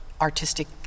artistic